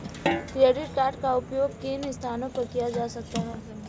Credit card का उपयोग किन स्थानों पर किया जा सकता है?